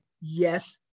Yes